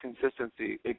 consistency